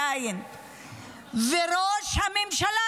ראש הממשלה,